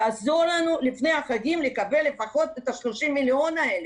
בבקשה תעזור לנו לפני החגים לקבל לפחות את ה-30 מיליון שקל האלה,